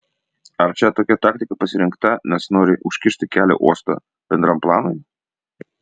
ar čia tokia taktika pasirinkta nes nori užkirsti kelią uosto bendram planui